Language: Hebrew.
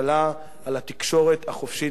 על התקשורת החופשית במדינת ישראל.